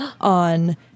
on